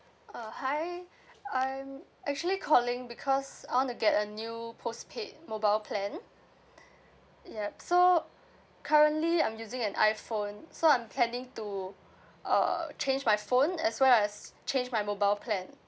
uh hi I'm actually calling because I want to get a new postpaid mobile plan yup so currently I'm using an iphone so I'm planning to uh change my phone as well as change my mobile plan